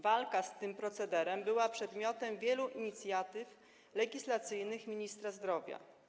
Walka z tym procederem była przedmiotem wielu inicjatyw legislacyjnych ministra zdrowia.